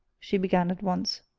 she began at once.